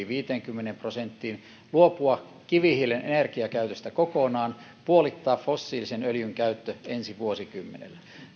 viiteenkymmeneen prosenttiin luopua kivihiilen energiakäytöstä kokonaan puolittaa fossiilisen öljyn käyttö ensi vuosikymmenellä